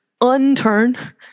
Unturn